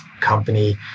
company